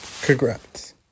Congrats